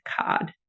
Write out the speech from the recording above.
card